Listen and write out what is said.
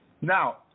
Now